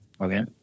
Okay